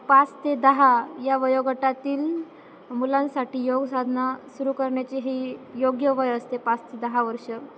पाच ते दहा या वयोगटातील मुलांसाठी योग साधना सुरू करण्याचे ही योग्य वय असते पाच ते दहा वर्ष